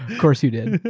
course, you did.